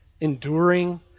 enduring